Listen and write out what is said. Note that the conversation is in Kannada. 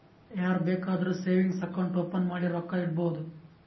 ಯಾರ್ ಬೇಕಾದ್ರೂ ಸೇವಿಂಗ್ಸ್ ಅಕೌಂಟ್ ಓಪನ್ ಮಾಡಿ ರೊಕ್ಕಾ ಇಡ್ಬೋದು